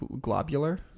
globular